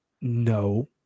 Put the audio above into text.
No